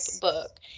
book